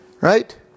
Right